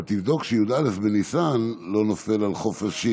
אבל תבדוק שי"א בניסן לא נופל על חופשים,